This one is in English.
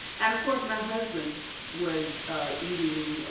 and of course my husband was eating,